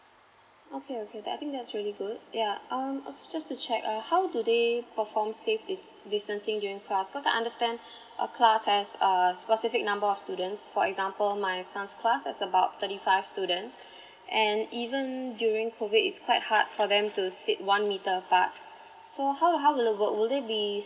okay okay I think that's really good yeah um also just to check uh how do they perform safe distancing during class cause I understand a class has err specific number of students for example my son's class has about thirty five students and even during COVID is quite hard for them to sit one meter apart so how how will it work would it be